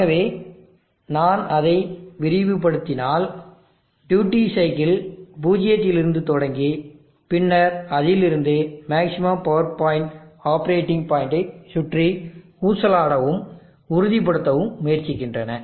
ஆகவே நான் அதை விரிவுபடுத்தினால் டியூட்டி சைக்கிள் பூஜ்ஜியத்திலிருந்து தொடங்கி பின்னர் அதிலிருந்து மேக்ஸிமம் பவர் பாயிண்ட் ஆப்பரேட்டிங் பாயின்டை சுற்றி ஊசலாடவும் உறுதிப்படுத்தவும் முயற்சிக்கின்றன